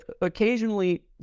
occasionally